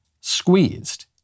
squeezed